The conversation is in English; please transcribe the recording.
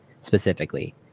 specifically